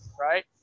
right